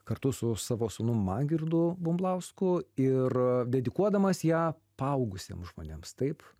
kartu su savo sūnum mangirdu bumblausku ir dedikuodamas ją paaugusiem žmonėms taip